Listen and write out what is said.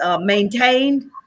maintained